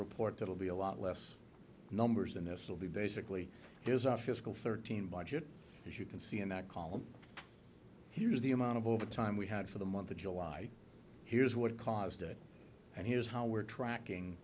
report that will be a lot less numbers and this will be basically there's a fiscal thirteen budget as you can see in that column here is the amount of overtime we had for the month of july here's what caused it and here's how we're tracking